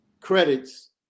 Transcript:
credits